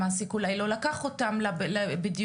המעסיק אולי לא לקח אותם בדיוק,